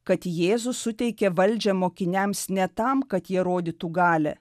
kad jėzus suteikė valdžią mokiniams ne tam kad jie rodytų galią